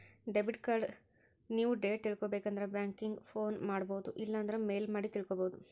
debit card due date ತಿಳ್ಕೊಬೇಕಂದ್ರ banking phone ಮಾಡೊಬೋದು ಇಲ್ಲಾಂದ್ರ ಮೇಲ್ ಮಾಡಿ ತಿಳ್ಕೋಬೋದು